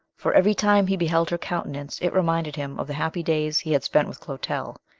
for every time he beheld her countenance it reminded him of the happy days he had spent with clotel.